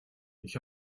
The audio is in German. ich